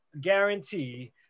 guarantee